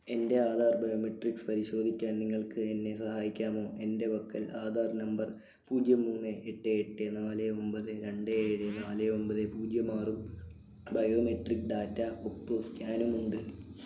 എൻ്റെ ആധാർ ബയോമെട്രിക്സ് പരിശോധിക്കാൻ നിങ്ങൾക്ക് എന്നെ സഹായിക്കാമോ എൻ്റെ പക്കൽ ആധാർ നമ്പർ പൂജ്യം മൂന്ന് എട്ട് എട്ട് നാല് ഒമ്പത് രണ്ട് ഏഴ് നാല് ഒമ്പത് പൂജ്യം ആറും ബയോമെട്രിക് ഡാറ്റ ഒപ്പ് സ്കാനും ഉണ്ട്